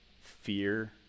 fear